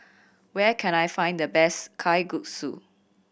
where can I find the best Kalguksu